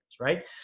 right